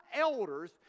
elders